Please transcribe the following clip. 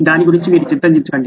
దాని గురించి చింతించకండి